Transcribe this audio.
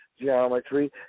geometry